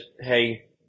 hey